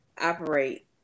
operate